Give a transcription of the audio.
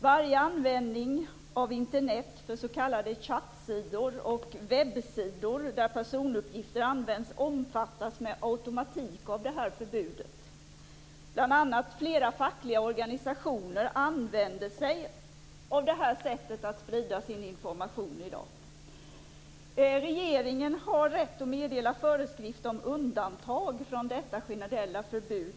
Varje användning av Internet för s.k. chattsidor och webbsidor där personuppgifter används omfattas med automatik av detta förbud. Bl.a. använder sig flera fackliga organisationer av detta sätt att sprida sin information i dag. Regeringen har rätt att meddela föreskrifter om undantag från detta generella förbud.